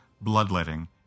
bloodletting